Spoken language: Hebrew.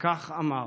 וכך אמר: